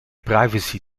privacy